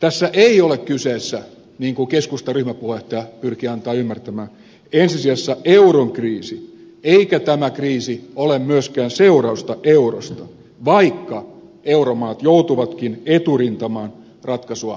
tässä ei ole kyseessä niin kuin keskustan ryhmäpuheenjohtaja pyrki antamaan ymmärtää ensi sijassa euron kriisi eikä tämä kriisi ole myöskään seurausta eurosta vaikka euromaat joutuvatkin eturintamaan ratkaisua hakemaan